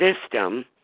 system